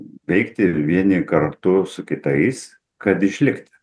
veikti vieni kartu su kitais kad išlikti